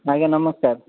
ଆଜ୍ଞା ନମସ୍କାର